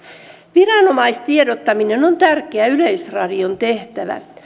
viranomaistiedottaminen on tärkeä yleisradion tehtävä